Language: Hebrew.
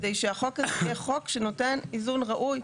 כדי שהחוק הזה יהיה חוק שנותן איזון ראוי.